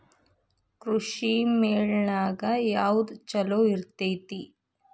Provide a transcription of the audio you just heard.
ಕೃಷಿಮೇಳ ನ್ಯಾಗ ಯಾವ್ದ ಛಲೋ ಇರ್ತೆತಿ?